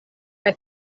kaj